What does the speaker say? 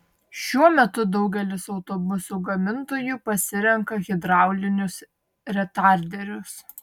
šiuo metu daugelis autobusų gamintojų pasirenka hidraulinius retarderius